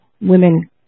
women